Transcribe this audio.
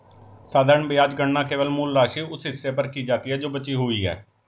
साधारण ब्याज गणना केवल मूल राशि, उस हिस्से पर की जाती है जो बची हुई है